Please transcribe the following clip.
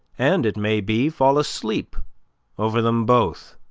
and, it may be, fall asleep over them both.